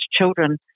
children